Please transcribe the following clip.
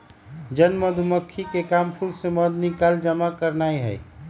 जन मधूमाछिके काम फूल से मध निकाल जमा करनाए हइ